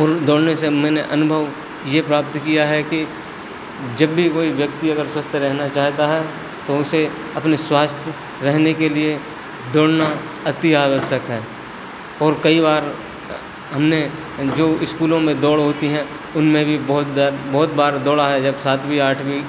और दौड़ने से मैंने अनुभव ये प्राप्त किया है कि जब भी कोई व्यक्ति अगर स्वस्थ रहना चाहता है तो उसे अपने स्वस्थ रहने के लिए दौड़ना अति आवश्यक है और कई बार हमने जो इस्कूलों में दौड़ होती है उनमें भी बहुत बार बहुत बार दौड़ा है जब सातवीं आठवीं